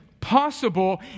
possible